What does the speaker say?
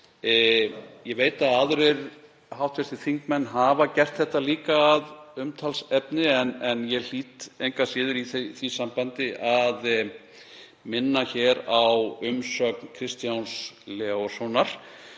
Ég veit að aðrir hv. þingmenn hafa líka gert þetta að umtalsefni en ég hlýt engu að síður í því sambandi að minna á umsögn Kristjáns Leóssonar